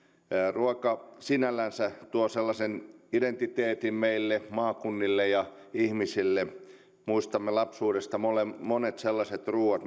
ruoka sinällänsä tuo sellaisen identiteetin meille maakunnille ja ihmisille muistamme lapsuudesta monet sellaiset ruuat